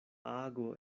ago